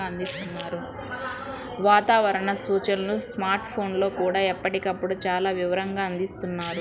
వాతావరణ సూచనలను స్మార్ట్ ఫోన్లల్లో కూడా ఎప్పటికప్పుడు చాలా వివరంగా అందిస్తున్నారు